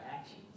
actions